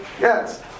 Yes